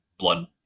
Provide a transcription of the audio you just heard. Blood